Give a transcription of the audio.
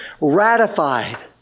ratified